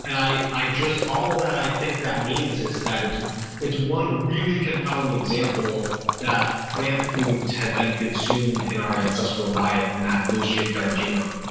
and i i just, all that i think that means is that it's it's one really compelling example that plant foods had been consumed in our ancestral diet and that those shaped our genome.